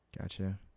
Gotcha